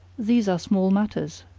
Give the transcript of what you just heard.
these are small matters,